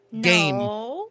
game